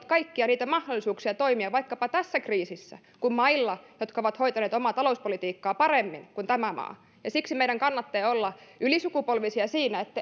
kaikkia niitä mahdollisuuksia toimia vaikkapa tässä kriisissä joita on mailla jotka ovat hoitaneet omaa talouspolitiikkaansa paremmin kuin tämä maa siksi meidän kannattaa olla ylisukupolvisia siinä